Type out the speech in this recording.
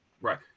Right